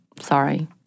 sorry